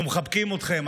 אנחנו מחבקים אתכם,